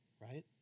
right